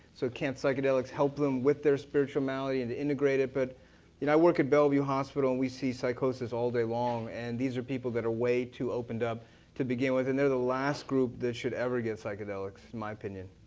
so can't psychedelics help them with their spiritual malady, and to integrate it. but i work at bellevue hospital, and we see psychosis all day long, and these are people that are way too opened up to begin. and they're the last group that should ever get psychedelics, in my opinion.